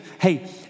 hey